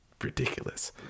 Ridiculous